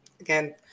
again